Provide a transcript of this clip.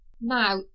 Now